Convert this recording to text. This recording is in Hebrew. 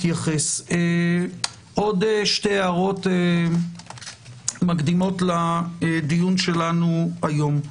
עוד שתי הערות מקדימות לדיון שלנו היום.